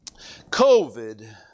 COVID